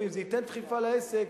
ואם זה ייתן דחיפה לעסק,